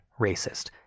racist